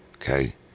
Okay